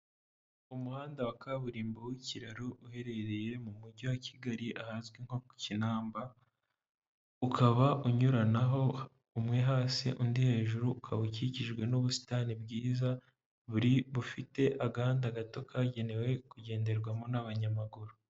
Umuhanda wa kaburimbo w'ikiraro uherereye mu mujyi wa Kigali ahazwi nko Kinamba, ukaba unyuranaho umwe hasi undi hejuru, ukaba ukikijwe n'ubusitani bwiza buri bufite agahanda gato kagenewe kugenderwamo n'abanyamaguru.